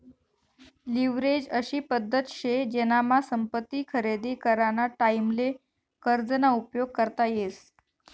leverage अशी पद्धत शे जेनामा संपत्ती खरेदी कराना टाईमले कर्ज ना उपयोग करता येस